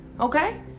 okay